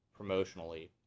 promotionally